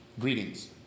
greetings